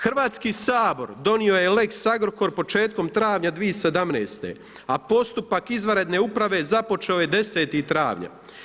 Hrvatski sabor donio je lex Agrokor početkom travnja 2017. a postupak izvanredne uprave započeo je 10. travnja.